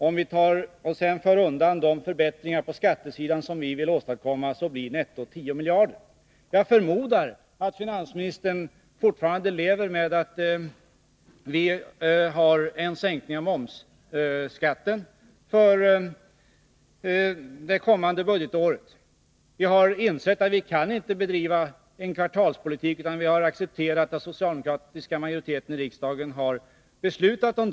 Om vi sedan för undan de förbättringar på skattesidan som vi vill åstadkomma blir nettot 10 miljarder. Jag förmodar att finansministern fortfarande är medveten om att vi har föreslagit en sänkning av momsen för det kommande budgetåret. Vi har insett att vi inte kan bedriva en kvartalspolitik, utan vi har accepterat det som den socialdemokratiska majoriteten i riksdagen har beslutat om.